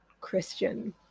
Christian